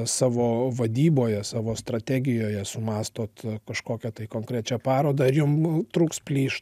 savo vadyboje savo strategijoje sumąstot kažkokią tai konkrečią parodą ir jum trūks plyš